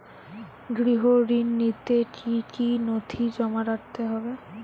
গৃহ ঋণ নিতে কি কি নথি জমা রাখতে হবে?